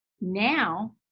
now